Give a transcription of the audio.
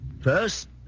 First